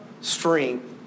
strength